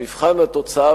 ובמבחן התוצאה,